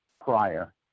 prior